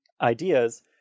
ideas